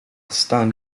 stan